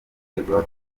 bradford